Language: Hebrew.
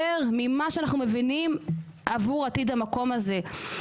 ממה שאנחנו מבינים עבור עתיד המקום הזה.